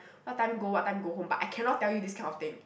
what time go what time go home but I cannot tell you this kind of thing